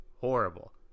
horrible